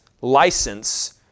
license